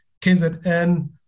KZN